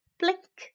blink